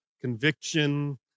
conviction